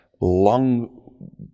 long